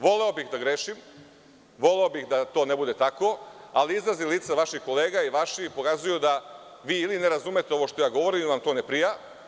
Voleo bih da grešim, voleo bih da to ne bude tako, ali izrazi lica vaših kolega i vaši pokazuju da vi ili ne razumete ovo što ja govorim ili vam to ne prija.